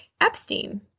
Epstein